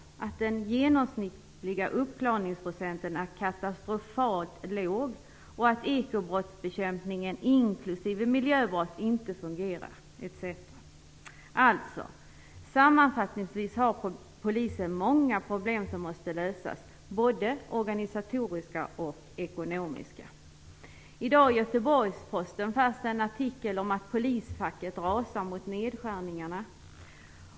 Det sägs att den genomsnittliga uppklarningsprocenten är katastrofalt låg och att bekämpningen av ekobrott inklusive miljöbrott inte fungerar, etc. Sammanfattningsvis har polisen många problem som måste lösas, både organisatoriska och ekonomiska. I Göteborgs-Posten i dag fanns en artikel med rubriken "Polisfacket rasar mot nedskärningar".